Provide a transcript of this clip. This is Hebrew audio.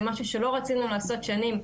זה משהו שלא רצינו לעשות שנים,